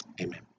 Amen